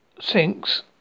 sinks